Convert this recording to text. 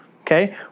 Okay